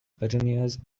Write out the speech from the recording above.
petunias